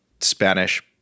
Spanish